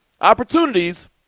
opportunities